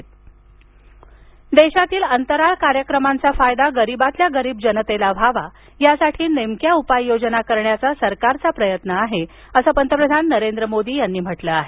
पंतप्रधान अंतराळ देशातील अंतराळ कार्यक्रमांचा फायदा गरीबातल्या गरीब जनतेला व्हावा यासाठी नेमक्या उपाययोजना करण्याचा सरकारचा प्रयत्न आहे असं पंतप्रधान नरेंद्र मोदी यांनी म्हटलं आहे